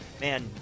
Man